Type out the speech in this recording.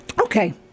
Okay